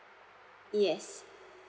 yes